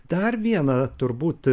dar viena turbūt